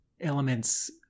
elements